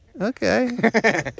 Okay